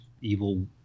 evil